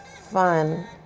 fun